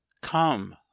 come